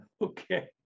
Okay